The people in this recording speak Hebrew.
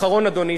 בעזרת השם,